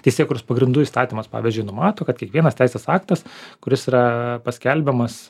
teisėkūros pagrindų įstatymas pavyzdžiui numato kad kiekvienas teisės aktas kuris yra paskelbiamas